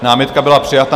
Námitka byla přijata.